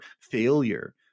failure